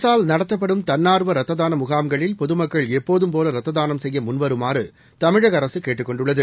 அரசால் நடத்தப்படும் தன்னார்வ ரத்ததான முகாம்களில் பொதுமக்கள் எப்போதும் போல ரத்ததானம் செய்ய முன்வருமாறு தமிழக அரசு கேட்டுக் கொண்டுள்ளது